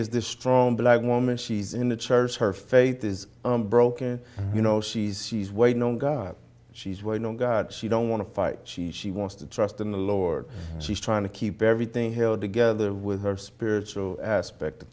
is this strong black woman she's in the church her faith is broken you know she's she's waiting on god she's waiting on god she don't want to fight she she wants to trust in the lord she's trying to keep everything held together with her spiritual aspect of